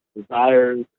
desires